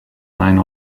nine